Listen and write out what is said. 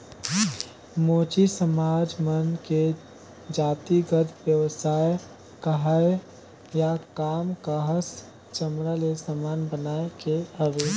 मोची समाज मन के जातिगत बेवसाय काहय या काम काहस चमड़ा ले समान बनाए के हवे